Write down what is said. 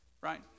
right